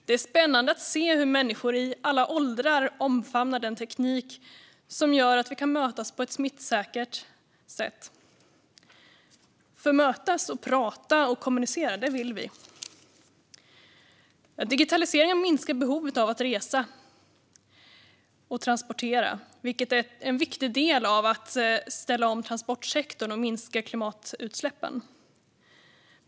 Det är spännande att se hur människor i alla åldrar omfamnar en teknik som gör att vi kan mötas på ett smittsäkert sätt - för mötas, prata och kommunicera, det vill vi. Digitaliseringen minskar behovet av resor och transport, vilket är en viktig del av att ställa om transportsektorn och minska klimatutsläppen.